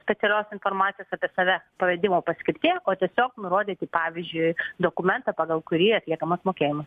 specialios informacijos apie save pavedimo paskirtyje o tiesiog nurodyti pavyzdžiui dokumentą pagal kurį atliekamas mokėjimas